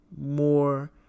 more